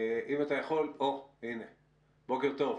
בוקר טוב.